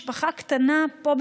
משפחה קטנה פה,